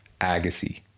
Agassi